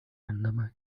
عندما